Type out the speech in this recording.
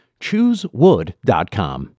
Choosewood.com